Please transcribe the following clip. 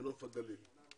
בנוף הגליל.